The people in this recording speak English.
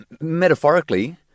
metaphorically